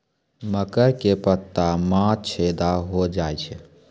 मकर के पत्ता मां छेदा हो जाए छै?